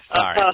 Sorry